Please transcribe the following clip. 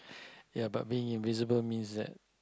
ya but being invisible means that